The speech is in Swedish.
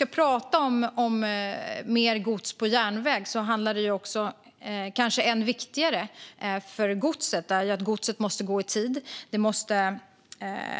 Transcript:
När det gäller mer gods på järnväg är det viktigt att godset går i tid. Förseningarna